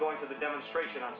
going to the demonstration o